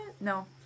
No